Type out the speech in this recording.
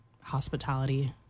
hospitality